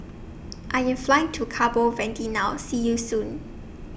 I Am Flying to Cabo Verde now See YOU Soon